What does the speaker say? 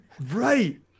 Right